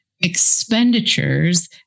expenditures